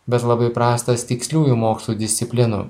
bet labai prastas tiksliųjų mokslų disciplinų